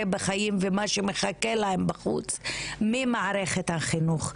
בחיים ולמה שמחכה להם בחוץ ממערכת החינוך.